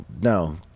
no